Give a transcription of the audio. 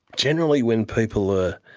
generally when people are